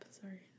Sorry